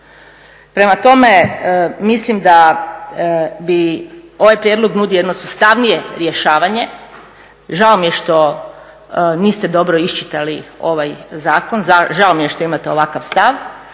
Prema tome, mislim da bi ovaj prijedlog nudi jedno sustavnije rješavanje. Žao mi je što niste dobro iščitali ovaj zakon, žao mi je što imate ovakav stav.